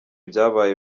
byabaye